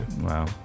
wow